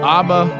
Abba